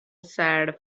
sad